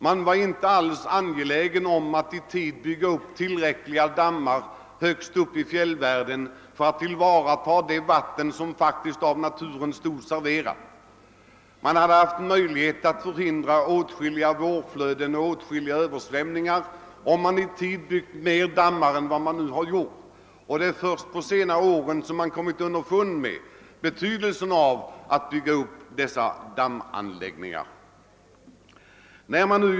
Man tänkte inte på att i tid bygga tillräckliga dammar högst uppe i fjällvärlden för att tillvarata det vatten, som naturen faktiskt gett oss. Åtskilliga vårflöden och översvämmningar hade kunnat hindras, om man i tid byggt fler dammar. Det är först under de senaste åren som man kommit underfund med betydelsen av att bygga dessa dammanläggningar.